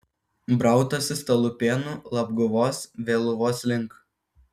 brautasi stalupėnų labguvos vėluvos link